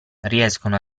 riescono